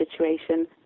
situation